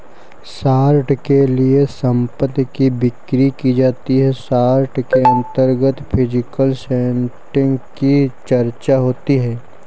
short के लिए संपत्ति की बिक्री की जाती है शॉर्ट के अंतर्गत फिजिकल सेटिंग की चर्चा होती है